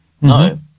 No